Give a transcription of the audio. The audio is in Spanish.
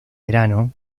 verano